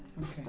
Okay